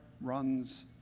runs